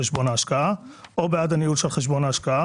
חשבון ההשקעה) או בעד הניהול של חשבון ההשקעה,